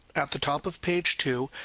at the top of page two,